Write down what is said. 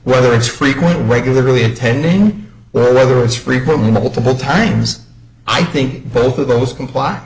whether it's frequent regularly attending well whether it's frequently multiple times i think both of those comply